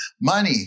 money